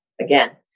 again